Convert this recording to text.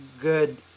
good